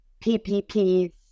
PPPs